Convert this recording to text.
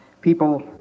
people